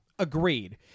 Agreed